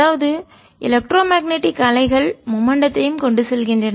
அதாவது electromagnetic அலைகள் மூமென்டடத்தையும் கொண்டு செல்கின்றன